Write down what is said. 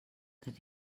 that